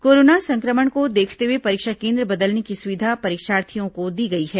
corona संक्रमण को देखते हुए परीक्षा केन्द्र बदलने की सुविधा परीक्षार्थियों को दी गई है